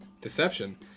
Deception